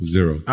Zero